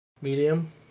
Medium